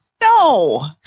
No